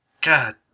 God